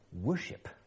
Worship